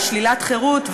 על שלילת חירות,